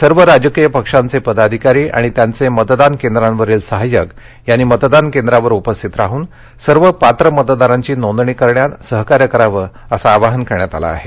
सर्व राजकीय पक्षांचे पदाधिकारी आणि त्यांचे मतदान केद्रांवरील सहाय्यक यांनी मतदान केंद्रांवर उपस्थित राहन सर्व पात्र मतदारांची नोंदणी करण्यास सहकार्य करण्याचे आवाहन करण्यात आलं आहे